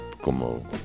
Como